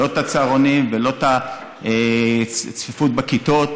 לא את הצהרונים ולא את ההתמודדות עם הצפיפות בכיתות